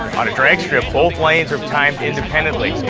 on a drag strip, both lanes are timed independently,